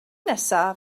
nesaf